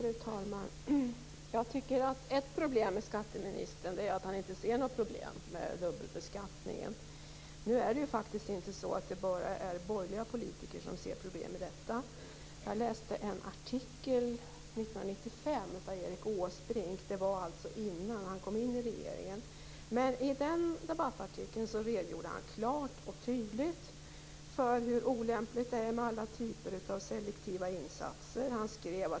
Fru talman! Ett problem med skatteministern är att han inte ser några problem med dubbelbeskattningen. Det är faktiskt inte bara borgerliga politiker som ser problem med detta. Jag läste en debattartikel av Erik Åsbrink 1995, dvs. innan han kom in i regeringen, där han klart och tydligt redogjorde för hur olämpligt det är med alla typer av selektiva insatser.